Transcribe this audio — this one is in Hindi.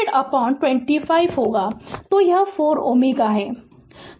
तो 4 Ω तो इसे यहाँ स्पष्ट है